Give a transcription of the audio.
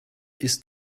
ist